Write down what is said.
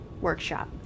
workshop